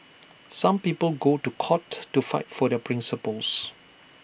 some people go to court to fight for their principles